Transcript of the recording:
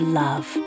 love